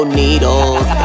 needles